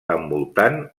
envoltant